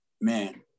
man